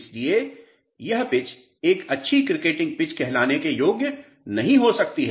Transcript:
इसलिए यह पिच एक अच्छी क्रिकेटिंग पिच कहलाने के योग्य नहीं हो सकती है